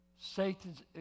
Satan's